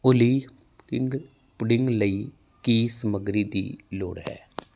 ਓਲੀ ਪੁਡਿੰਗ ਲਈ ਕੀ ਸਮੱਗਰੀ ਦੀ ਲੋੜ ਹੈ